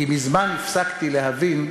כי מזמן הפסקתי להבין,